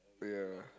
yeah